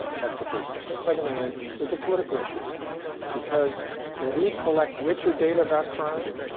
that's the first thing. the second thing is there's a political issue because when we collect richer data about crime,